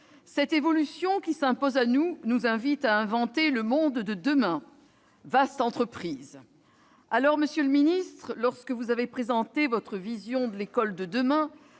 Cette évolution, qui s'impose à nous, nous invite à inventer le monde de demain ; vaste entreprise ! Aussi, monsieur le ministre, lorsque vous avez présenté votre vision de l'école de demain-